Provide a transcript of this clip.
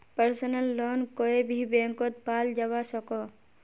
personal loan कोए भी बैंकोत पाल जवा सकोह